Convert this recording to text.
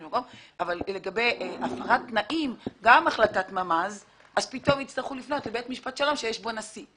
אבל לגבי הפרת תנאים יצטרכו לפנות לבית משפט שלום שיש בו נשיא.